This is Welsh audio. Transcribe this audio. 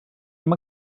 ddim